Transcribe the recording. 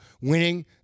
winning